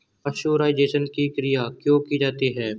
Pasteurisation की क्रिया क्यों की जाती है?